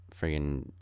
friggin